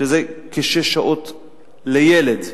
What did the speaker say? זה כשש שעות לילד,